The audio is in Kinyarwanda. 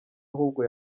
ahubwo